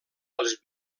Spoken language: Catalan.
els